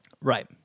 Right